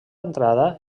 entrada